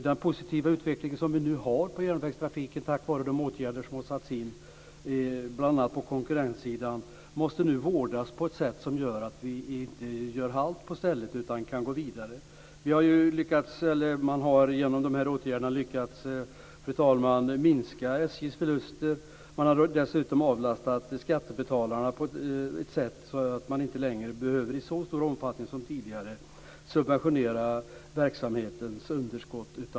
Den positiva utveckling av järnvägstrafiken som vi nu har tack vare de åtgärder som har satts in, bl.a. på konkurrenssidan, måste nu vårdas. Vi får inte göra halt på stället, utan vi måste gå vidare. Fru talman! Genom de här åtgärderna har man lyckats minska SJ:s förluster. Man har dessutom avlastat skattebetalarna genom att man inte i så stor omfattning som tidigare behöver subventionera verksamhetens underskott.